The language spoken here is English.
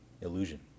illusion